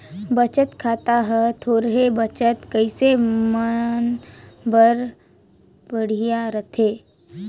बचत खाता हर थोरहें बचत करइया मन बर बड़िहा रथे